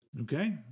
Okay